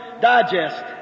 digest